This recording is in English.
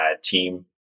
team